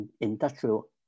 industrial